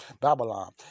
Babylon